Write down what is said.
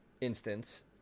instance